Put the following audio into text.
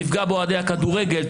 תפגע באוהדי הכדורגל,